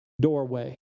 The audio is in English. doorway